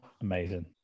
amazing